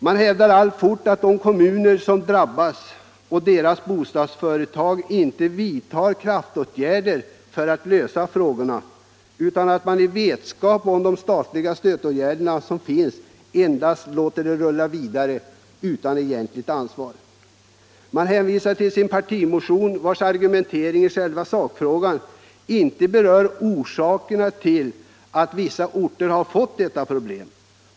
Man hävdar alltfort att de kommuner som drabbats av deras bostadsföretag inte vidtar kraftåtgärder för att lösa frågorna, utan i vetskap om de statliga stödåtgärder som finns endast låter allt rulla utan egentligt ansvar. Man hänvisar till sin partimotion, vars argumentering i själva sakfrågan inte berör orsakerna till att vissa orter har fått dessa problem.